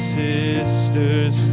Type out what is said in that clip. sisters